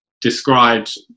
described